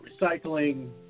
recycling